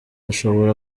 ashobora